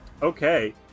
Okay